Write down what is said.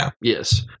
yes